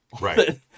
Right